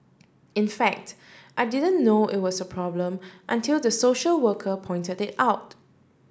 in fact I didn't know it was a problem until the social worker pointed it out